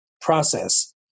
process